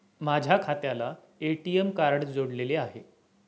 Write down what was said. माझ्या खात्याला ATM card जोडलेले आहे